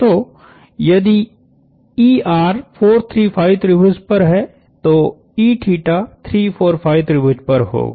तो यदि 4 3 5 त्रिभुज पर है तो 3 4 5 त्रिभुज पर होगा